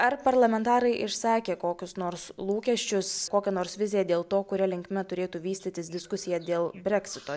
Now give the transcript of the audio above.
ar parlamentarai išsakė kokius nors lūkesčius kokią nors viziją dėl to kuria linkme turėtų vystytis diskusija dėl breksito